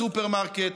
בסופרמרקט,